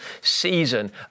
season